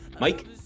Mike